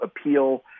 appeal